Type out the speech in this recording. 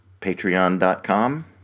patreon.com